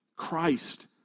Christ